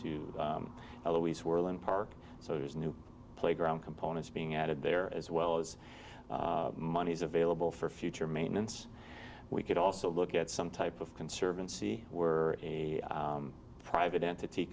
in park so there's new playground components being added there as well as monies available for future maintenance we could also look at some type of conservancy we're a private entity